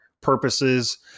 purposes